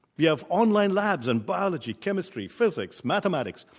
we have online labs in biology, chemistry, physics, mathematics.